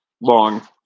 long